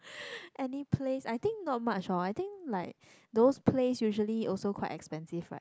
any plays I think not much hor I think like those plays usually also quite expensive right